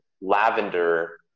lavender